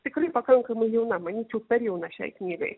tikrai pakankamai jauna manyčiau per jauna šiai knygai